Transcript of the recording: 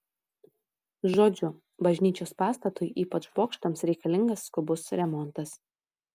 žodžiu bažnyčios pastatui ypač bokštams reikalingas skubus remontas